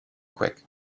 quick